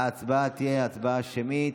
ההצבעה תהיה שמית.